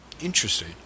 Interesting